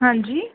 हां जी